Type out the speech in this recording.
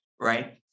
right